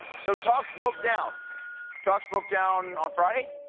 so talks broke down talks broke down on friday,